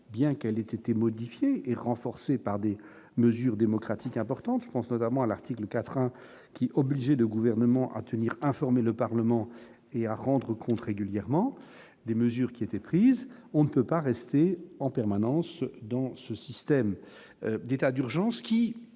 bien qu'elle était modifiée et renforcée par des mesures démocratiques importantes, je pense notamment à l'article 4 qui obliger le gouvernement à tenir informer le Parlement et à rendre compte régulièrement des mesures qui étaient prises, on ne peut pas rester en permanence dans ce système d'état d'urgence, qui